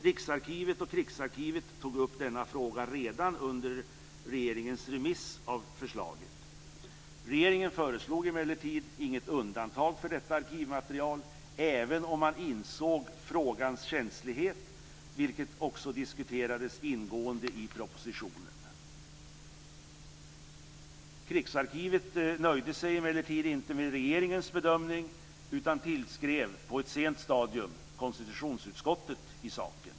Riksarkivet och Krigsarkivet tog upp denna fråga redan under regeringens remiss av förslaget. Regeringen föreslog emellertid inget undantag för detta arkivmaterial även om man insåg frågans känslighet, något som också diskuterades ingående i propositionen. Krigsarkivet nöjde sig emellertid inte med regeringens bedömning utan tillskrev på ett sent stadium konstitutionsutskottet i saken.